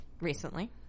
recently